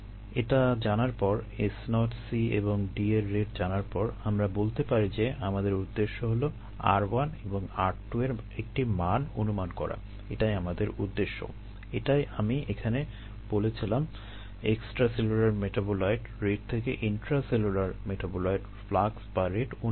এটা জানার পর S0 C এবং D এর রেট জানার পর আমরা বলতে পারি যে আমাদের উদ্দেশ্য হলো r1 এবং r2 এর একটি মান অনুমান করা এটাই আমাদের উদ্দেশ্য এটাই আমরা এখানে বলেছিলাম এক্সট্রাসেলুলার মেটাবোলাইট রেট থেকে ইন্ট্রাসেলুলার মেটাবোলাইট ফ্লাক্স বা রেট অনুমান করা